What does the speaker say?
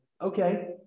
okay